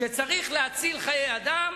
כשצריך להציל חיי אדם